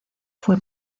fue